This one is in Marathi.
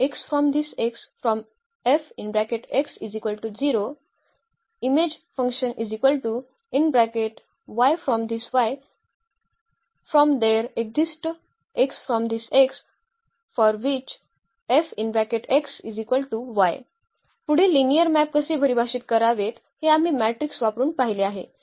Ker Im पुढे लिनिअर मॅप कसे परिभाषित करावेत हे आम्ही मेट्रिस वापरून पाहिले आहे